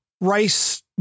rice